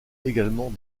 également